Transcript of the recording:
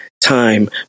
time